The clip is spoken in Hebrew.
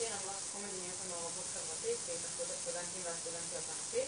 תחום מדיניות ומעורבות חברתית בהתאחדות הסטודנטים והסטודנטיות הארצית.